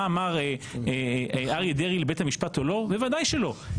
אמר אריה דרעי לבית המשפט או לא בוודאי שלא.